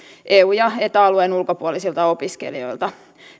eu ja eta alueen ulkopuolisilta opiskelijoilta